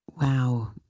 Wow